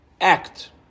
Act